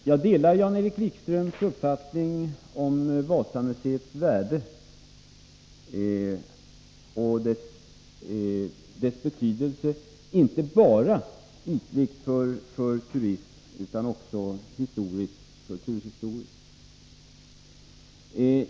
Herr talman! Jag delar Jan-Erik Wikströms uppfattning om Wasamuseets värde och dess betydelse, inte bara ytligt för turismen, utan också historiskt och kulturhistoriskt.